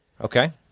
Okay